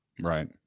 Right